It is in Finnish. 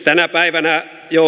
tänä päivänä jo